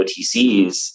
OTCs